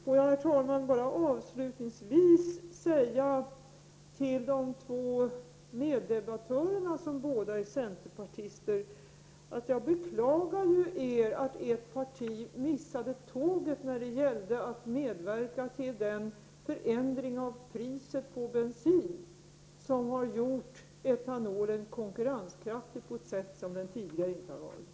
Får jag bara, herr talman, avslutningsvis säga till de två meddebattörerna, som båda är centerpartister, att jag beklagar att deras parti missade tåget när det gällde att medverka till den förändring av priset på bensin som har gjort etanolen konkurrenskraftig på ett sätt som den tidigare inte har varit.